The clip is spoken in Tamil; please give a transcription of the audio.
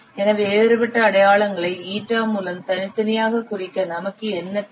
எனவே வேறுபட்ட அடையாளங்காட்டிகளை η மூலம் தனித்தனியாகக் குறிக்க நமக்கு என்ன தேவை